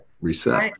Reset